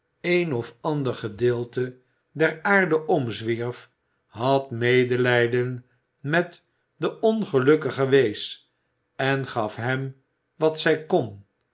een of ander gedeelte der aarde omzwierf had medelijden met den ongelukkigen wees en gaf hem wat zij kon